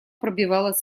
пробивалась